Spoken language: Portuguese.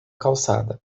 calçada